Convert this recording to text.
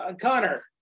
Connor